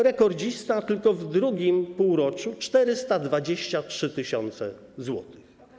Rekordzista tylko w drugim półroczu - 423 tys. zł.